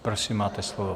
Prosím, máte slovo.